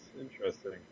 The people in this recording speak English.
interesting